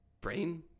brain